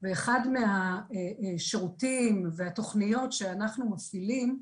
ואחד מהשירותים והתוכניות שאנחנו מפעילים,